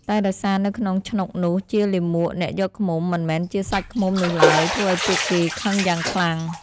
តែដោយសារនៅក្នងឆ្នុកនោះជាលាមកអ្នកយកឃ្មុំ មិនមែនជាសាច់ឃ្មុំនោះឡើយ ធ្វើឲ្យពួកគេខឹងយ៉ាងខ្លាំង។